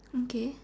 okay